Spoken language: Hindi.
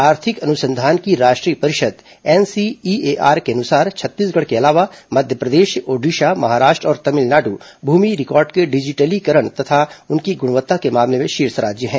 आर्थिक अनुसंधान की राष्ट्रीय परिषद एनसीईएआर के अनुसार छत्तीसगढ़ के अलावा मध्यप्रदेश ओडिशा महाराष्ट्र और तमिलनाडु भूमि रिकॉर्ड के डिजिटलीकरण तथा उनकी गुणवत्ता के मामले में शीर्ष राज्य है